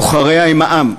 בוחריה הם העם,